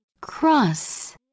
Cross